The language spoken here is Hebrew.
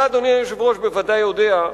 אתה, אדוני היושב-ראש, בוודאי יודע,